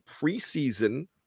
preseason